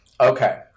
Okay